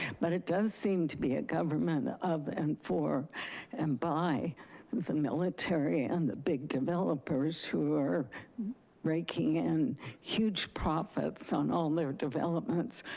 but it does seem to be a government of and for and by the military and the big developers who are raking in huge profits on all their developments.